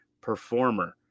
performer